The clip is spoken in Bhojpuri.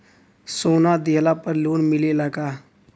सोना दिहला पर लोन मिलेला का?